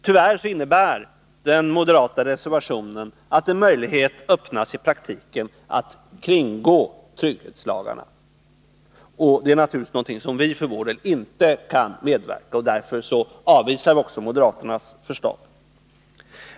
Tyvärr innebär den moderata reservationen att i praktiken en möjlighet öppnas att kringgå trygghetslagarna. Det är naturligtvis någonting som vi för vår del inte kan medverka till. Därför avvisar vi också moderaternas förslag.